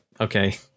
okay